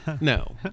No